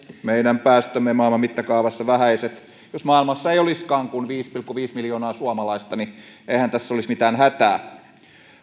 meidän päästömme maailman mittakaavassa vähäiset jos maailmassa ei olisikaan kuin viisi pilkku viisi miljoonaa suomalaista niin eihän tässä olisi mitään hätää